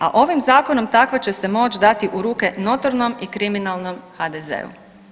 A ovim zakonom takva će se moći dati u ruke notornom i kriminalnom HDZ-u.